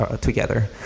together